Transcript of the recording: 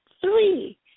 three